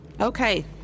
Okay